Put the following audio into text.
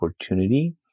opportunity